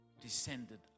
descended